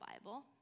Bible